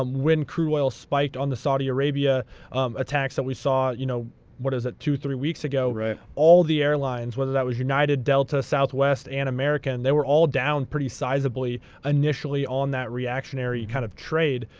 um when crude oil spiked on the saudi arabia attacks that we saw, you know what is it, two, three weeks ago, all the airlines, whether that was united, delta, southwest, and american, they were all down pretty sizably initially on that reactionary kind of trade.